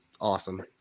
awesome